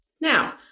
Now